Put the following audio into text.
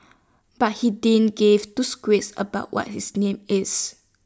but he didn't give two squirts about what his name is